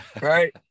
right